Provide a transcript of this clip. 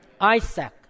Isaac